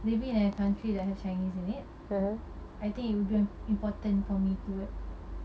living in a country that have chinese in it I think it will be important for me to